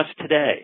today